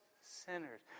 sinners